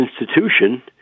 institution